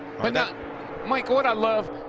and mike, what i love,